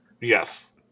Yes